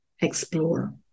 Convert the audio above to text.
explore